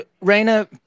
Reina